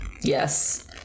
Yes